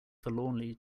forlornly